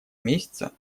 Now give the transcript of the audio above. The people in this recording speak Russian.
месяца